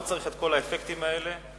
לא צריך את כל האפקטים האלה.